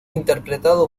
interpretado